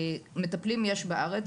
מטפלים יש בארץ,